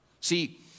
See